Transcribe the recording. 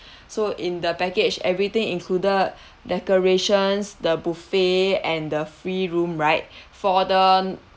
so in the package everything included decorations the buffet and the free room right for the